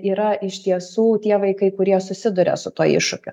yra iš tiesų tie vaikai kurie susiduria su tuo iššūkiu